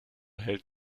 hält